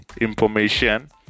information